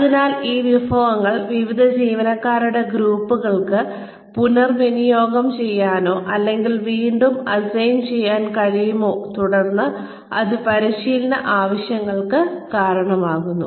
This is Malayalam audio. അതിനാൽ ഈ വിഭവങ്ങൾ വിവിധ ജീവനക്കാരുടെ ഗ്രൂപ്പുകൾക്ക് പുനർവിനിയോഗം ചെയ്യാനോ അല്ലെങ്കിൽ വീണ്ടും അസൈൻ ചെയ്യാനോ കഴിയുമോ തുടർന്ന് ഇത് പരിശീലന ആവശ്യങ്ങൾക്ക് കാരണമാകുന്നു